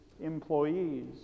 employees